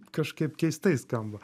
kažkaip keistai skamba